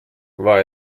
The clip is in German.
war